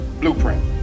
blueprint